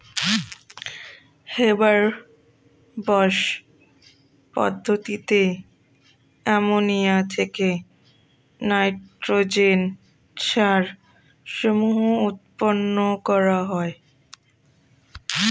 Haber Bosch পদ্ধতিতে ammonia থেকে nitrogen সার সমূহ উৎপন্ন করা হয়